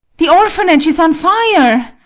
the orphanage is on fire!